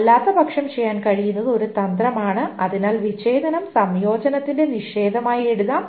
അല്ലാത്തപക്ഷം ചെയ്യാൻ കഴിയുന്നത് ഒരു തന്ത്രമാണ് അതിനാൽ വിച്ഛേദനം സംയോജനത്തിന്റെ നിഷേധമായി എഴുതാം